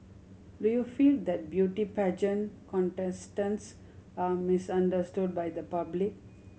do you feel that beauty pageant contestants are misunderstood by the public